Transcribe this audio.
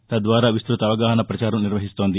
తద్వారా విస్తృత అవగాహనా పచారం నిర్వహిస్తోంది